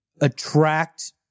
attract